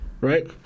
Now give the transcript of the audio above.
right